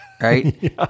Right